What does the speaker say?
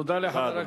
תודה, אדוני.